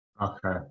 Okay